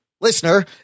listener